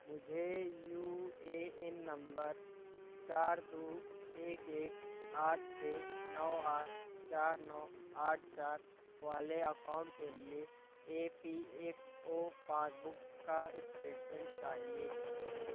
مجھے U A N نمبر چار دو ایک ایک آٹھ چھ نو آٹھ چار نو آٹھ چار والے اکاؤنٹ کے لیے A P F O pass book کا اسٹیٹمنٹ چاہیے